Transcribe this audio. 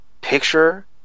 picture